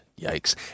Yikes